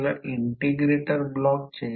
तर हा mean flux path आहे